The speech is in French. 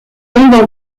monde